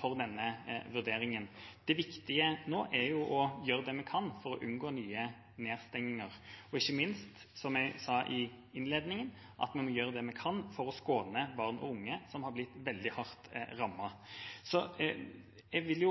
for denne vurderingen. Det viktige nå er å gjøre det vi kan for å unngå nye nedstengninger, og ikke minst, som jeg sa i innledningen, at vi gjør det vi kan for å skåne barn og unge, som har blitt veldig hardt rammet. Så jeg vil